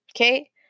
Okay